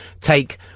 Take